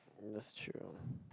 that's true